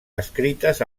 escrites